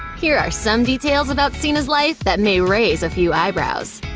here are some details about cena's life that may raise a few eyebrows.